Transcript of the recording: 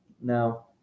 Now